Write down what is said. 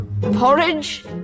porridge